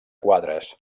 quadres